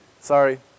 sorry